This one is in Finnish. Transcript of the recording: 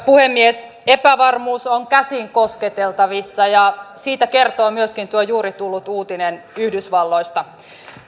puhemies epävarmuus on käsin kosketeltavissa ja siitä kertoo myöskin tuo juuri tullut uutinen yhdysvalloista